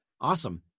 Awesome